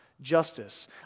Justice